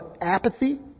apathy